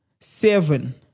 seven